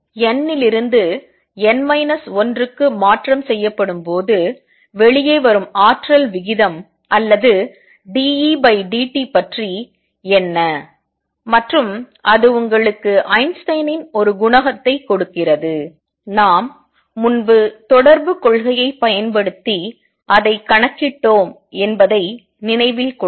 n லிருந்து n minus 1 க்கு மாற்றம் செய்யப்படும் போது வெளியே வரும் ஆற்றல் விகிதம் அல்லது dEdt பற்றி என்ன மற்றும் அது உங்களுக்கு ஐன்ஸ்டீனின் ஒரு குணகத்தை கொடுக்கிறது நாம் முன்பு தொடர்பு கொள்கையை பயன்படுத்தி அதை கணக்கிடும் என்பதை நினைவில் கொள்க